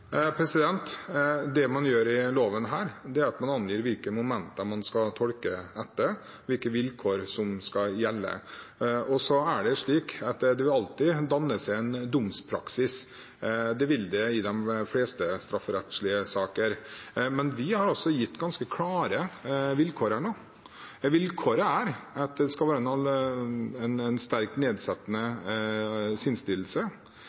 Det man her gjør i loven, er at man angir hvilke momenter man skal tolke etter, hvilke vilkår som skal gjelde. Og så er det slik at det vil alltid danne seg en domspraksis – det vil det i de fleste strafferettslige saker. Men vi har gitt ganske klare vilkår her. Vilkåret er at det skal være en